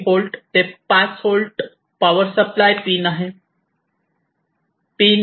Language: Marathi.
3 होल्ट ते 5 होल्ट पावर सप्लाय पिन आहे